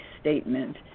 statement